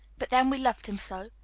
but then we loved him so.